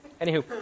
Anywho